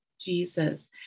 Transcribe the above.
Jesus